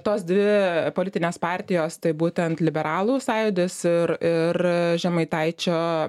tos dvi politinės partijos tai būtent liberalų sąjūdis ir ir žemaitaičio